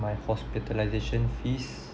my hospitalisation fees